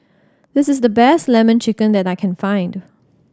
this is the best Lemon Chicken that I can find